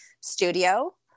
studio